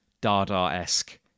Dada-esque